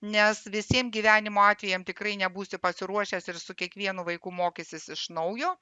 nes visiem gyvenimo atvejam tikrai nebūsi pasiruošęs ir su kiekvienu vaiku mokysis iš naujo